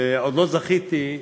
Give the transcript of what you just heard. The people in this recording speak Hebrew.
עוד לא זכיתי,